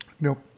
Nope